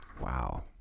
Wow